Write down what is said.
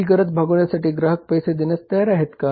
ही गरज भागवण्यासाठी ग्राहक पैसे देण्यास तयार आहेत का